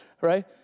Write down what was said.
Right